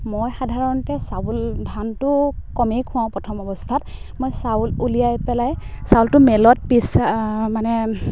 মই সাধাৰণতে চাউল ধানটো কমেই খুৱাওঁ প্ৰথম অৱস্থাত মই চাউল উলিয়াই পেলাই চাউলটো মিলত পিছা মানে